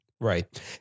Right